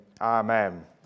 Amen